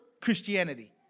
Christianity